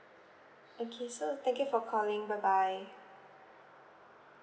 okay so thank you for calling bye bye